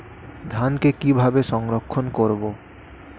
ধানকে কিভাবে সংরক্ষণ করব?